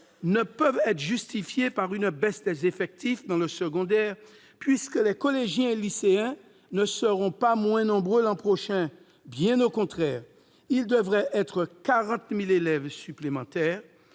ne peuvent pas être justifiées par une baisse des effectifs dans le secondaire, puisque les collégiens et lycéens ne seront pas moins nombreux l'an prochain, bien au contraire ! Il devrait y avoir 40 000 élèves supplémentaires,